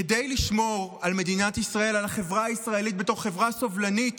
כדי לשמור על מדינת ישראל ועל החברה הישראלית בתור חברה סובלנית,